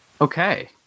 Okay